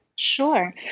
Sure